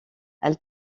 elle